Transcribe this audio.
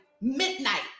midnight